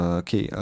okay